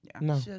No